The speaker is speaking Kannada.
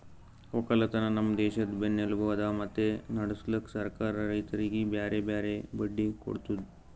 ಒಕ್ಕಲತನ ನಮ್ ದೇಶದ್ ಬೆನ್ನೆಲುಬು ಅದಾ ಮತ್ತೆ ನಡುಸ್ಲುಕ್ ಸರ್ಕಾರ ರೈತರಿಗಿ ಬ್ಯಾರೆ ಬ್ಯಾರೆ ಬಡ್ಡಿ ಕೊಡ್ತುದ್